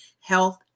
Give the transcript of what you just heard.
health